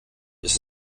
ist